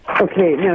Okay